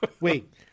Wait